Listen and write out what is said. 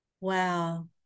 Wow